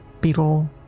beetle